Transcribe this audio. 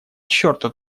черта